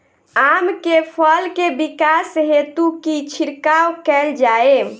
आम केँ फल केँ विकास हेतु की छिड़काव कैल जाए?